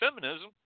feminism